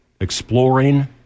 exploring